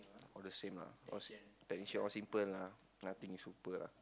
all the same lah all technician all simple lah nothing is super lah